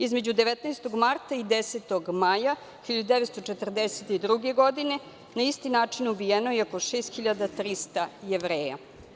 Između 19. marta i 10. maja 1942. godine na isti način je ubijeno 6.300 Jevreja.